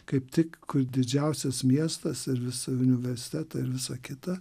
kaip tik kur didžiausias miestas ir visi universitetai ir visa kita